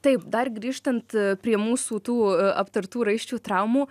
taip dar grįžtant prie mūsų tų aptartų raiščių traumų